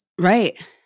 Right